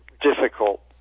difficult